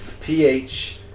ph